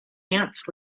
ants